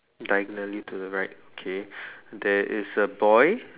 diagonally to the right okay there is a boy